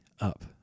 up